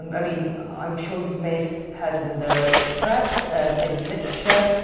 and i mean, i'm sure you may have so heard in the press, and in literature